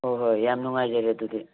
ꯍꯣꯏ ꯍꯣꯏ ꯌꯥꯝ ꯅꯨꯡꯉꯥꯏꯖꯔꯦ ꯑꯗꯨꯗꯤ